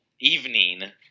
Evening